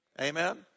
Amen